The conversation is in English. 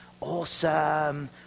Awesome